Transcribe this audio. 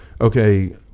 okay